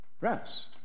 rest